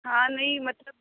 हाँ नहीं मतलब